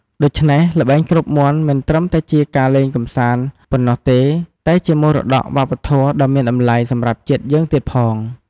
ដូច្នេះ ល្បែងគ្របមាន់មិនត្រឹមតែជាការលេងកម្សាន្តប៉ុណ្ណោះទេ តែជាមរតកវប្បធម៌ ដ៏មានតម្លៃសម្រាប់ជាតិយើងទៀតផង។